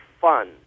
fun